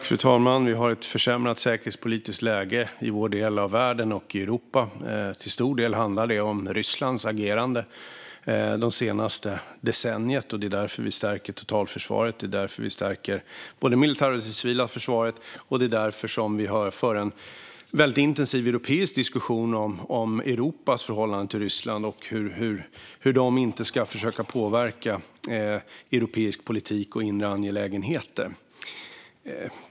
Fru talman! Vi har ett försämrat säkerhetspolitiskt läge i vår del av världen och i Europa. Till stor del handlar det om Rysslands agerande under det senaste decenniet. Det är därför vi stärker totalförsvaret, både det militära och det civila försvaret, och för en väldigt intensiv europeisk diskussion om Europas förhållande till Ryssland och hur Ryssland inte ska tillåtas försöka påverka europeisk politik och Europas inre angelägenheter.